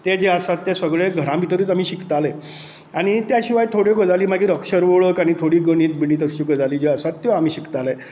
ते जें आसा तें सगळें घरा भितरूच आमी शिकताले आनी त्या शिवाय थोड्यो गजाली मागीर अक्षर वळख आनी थोड्यो गणीत बिणीत अश्यो गजाली ज्यो आसा त्यो आमी शिकताले